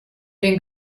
den